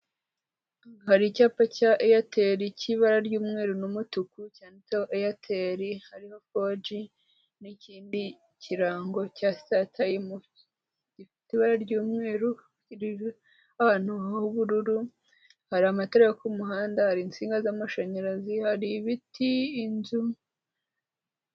Hari icyapa cya eyateri cy'ibara ry'umweru n'umutuku cyanditseho eyateri, hariho foji n'ikindi kirango cya sitatayimu gifite ibara ry'umweru, ahantu h'ubururu hari amatara yo ku muhanda, hari insinga z'amashanyarazi hari ibiti inzu(..)